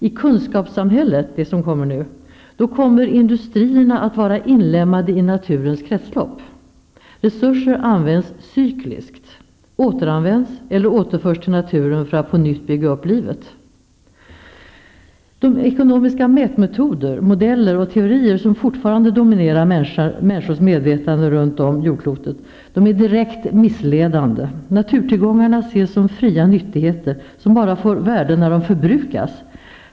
I det kunskapssamhälle som vi nu får kommer industrierna att vara inlemmade i naturens kretslopp. Resurser används cykliskt, återanvänds eller återförs till naturen för att på nytt bygga upp livet. De ekonomiska mätmetoder, modeller och teorier som fortfarande dominerar människors medvetande runt om jordklotet, är direkt missledande. Naturtillgångarna ses som fria nyttigheter, som får värde bara när de förbrukas.